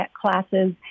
classes